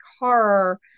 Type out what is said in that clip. horror